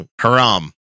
haram